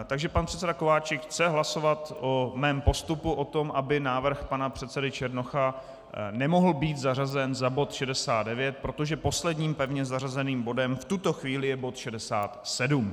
Takže pan předseda Kováčik chce hlasovat o mém postupu o tom, aby návrh pana předsedy Černocha nemohl být zařazen za bod 69, protože posledním pevně zařazeným bodem v tuto chvíli je bod 67.